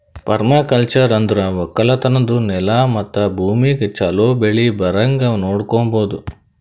permaculture ಅಂದುರ್ ಒಕ್ಕಲತನದ್ ನೆಲ ಮತ್ತ ಭೂಮಿಗ್ ಛಲೋ ಬೆಳಿ ಬರಂಗ್ ನೊಡಕೋಮದ್